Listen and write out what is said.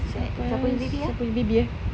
who's that siapanya baby ah